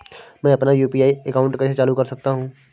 मैं अपना UPI account कैसे चालू कर सकता हूँ?